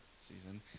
season